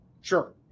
Sure